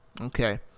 Okay